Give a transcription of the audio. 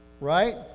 Right